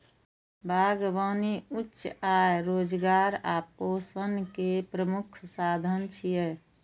बागबानी उच्च आय, रोजगार आ पोषण के प्रमुख साधन छियै